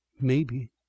Maybe